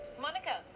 Monica